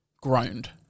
groaned